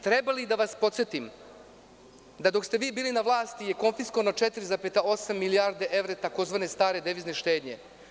Treba li da vas podsetim da dok ste vi bili na vlasti je konfiskovano 4,8 milijardi evra tzv. stare devizne štednje?